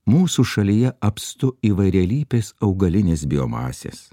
mūsų šalyje apstu įvairialypės augalinės biomasės